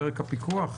פרק הפיקוח.